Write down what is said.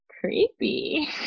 Creepy